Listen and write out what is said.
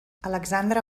alexandre